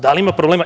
Da li ima problema?